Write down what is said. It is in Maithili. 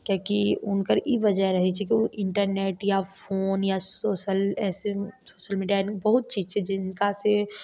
किएकि हुनकर ई वजह रहै छै कि ओ इन्टरनेट या फोन या सोशल एसेन्स सिमडायरी बहुत चीज छै जे हुनका से